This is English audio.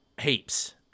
Heaps